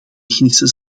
technische